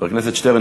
חבר הכנסת שטרן,